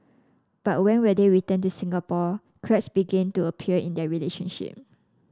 but when they returned to Singapore cracks began to appear in their relationship